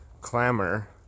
clamor